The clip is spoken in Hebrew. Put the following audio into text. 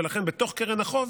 ולכן בתוך קרן החוב,